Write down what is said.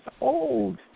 old